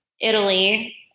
Italy